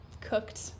cooked